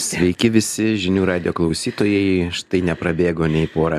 sveiki visi žinių radijo klausytojai štai neprabėgo nei pora